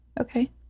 Okay